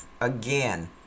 Again